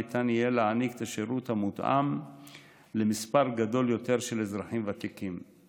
ניתן יהיה להעניק את השירות המותאם למספר גדול יותר של אזרחים ותיקים.